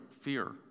fear